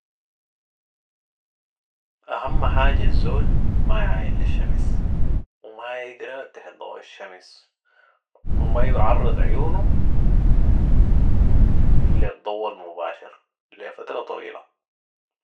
اهم حاجة الزول ما يعاين للشمس وما يقرا تحت ضو الشمس وما يعرض عيونو للضو المباشر لفتره طويله